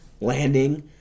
landing